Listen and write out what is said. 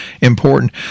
important